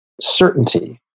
certainty